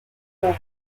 lys